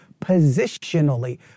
Positionally